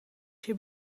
she